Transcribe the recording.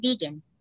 vegan